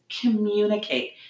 communicate